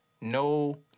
No